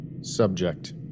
Subject